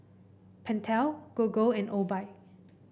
Pentel Gogo and Obike